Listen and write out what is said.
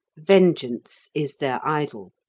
vengeance is their idol.